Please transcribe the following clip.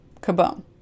Kaboom